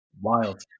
Wild